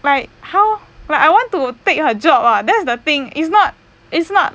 like how well I want to pick her job lah that's the thing is not is not